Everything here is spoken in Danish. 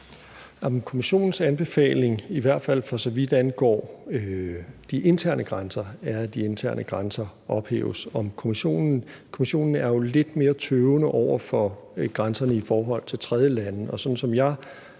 Kommissionens anbefaling, i hvert fald for så vidt angår de interne grænser, er, at de interne grænser ophæves, og Kommissionen er jo lidt mere tøvende, når det gælder grænserne i forhold til tredjelande.